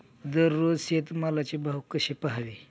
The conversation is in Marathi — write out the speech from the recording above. दररोज शेतमालाचे भाव कसे पहावे?